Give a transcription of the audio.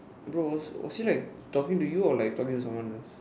bro was was he like talking to you or like talking to someone else